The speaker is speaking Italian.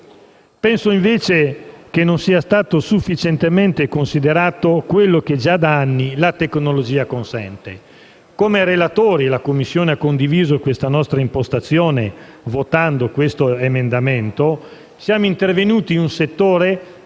Penso invece che non sia stato sufficientemente considerato quello che già da anni la tecnologia consente. Come relatori - e la Commissione ha condiviso questa nostra impostazione votando un emendamento - siamo intervenuti in un settore